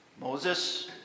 Moses